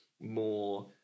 more